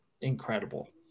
incredible